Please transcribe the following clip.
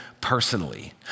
personally